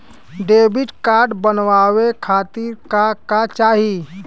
Debit card बनवावे खातिर का का चाही?